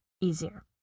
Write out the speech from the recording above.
easier